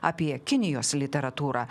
apie kinijos literatūrą